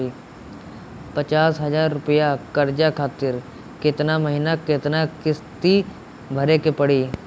पचास हज़ार रुपया कर्जा खातिर केतना महीना केतना किश्ती भरे के पड़ी?